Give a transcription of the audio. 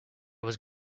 was